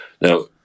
Now